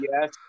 yes